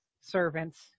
servants